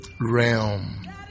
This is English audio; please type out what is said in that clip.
realm